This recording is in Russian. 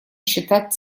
считать